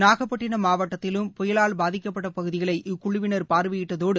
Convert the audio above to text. நாகப்பட்டினம் மாவட்டத்திலும் புயலால் பாதிக்கப்பட்ட பகுதிகளை இக்குழுவினர் பார்வையிட்டதோடு